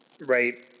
Right